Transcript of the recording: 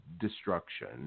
destruction